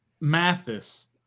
Mathis